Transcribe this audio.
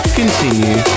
continue